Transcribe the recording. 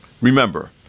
Remember